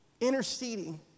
interceding